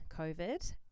COVID